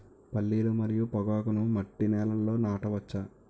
పల్లీలు మరియు పొగాకును మట్టి నేలల్లో నాట వచ్చా?